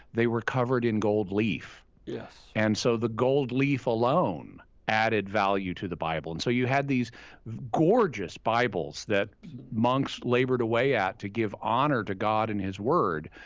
they were covered in gold leaf. and so the gold leaf alone added value to the bible. and so you had these gorgeous bibles that monks labored away at to give honor to god and his word.